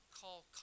call